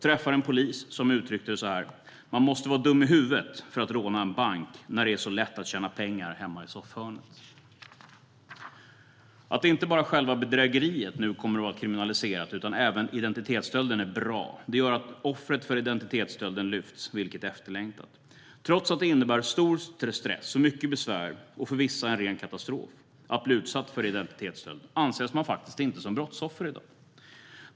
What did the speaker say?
Som en polis jag träffade uttryckte det: Man måste vara dum i huvudet för att råna en bank när det är så lätt att tjäna pengar hemma i soffhörnet. Att inte bara själva bedrägeriet utan även identitetsstölden nu kommer att vara kriminaliserat är bra. Det gör att offret för identitetsstölden lyfts, vilket är efterlängtat. Trots att det innebär stor stress och mycket besvär, och för vissa en ren katastrof, att bli utsatt för identitetsstöld anses man faktiskt inte som brottsoffer i dag.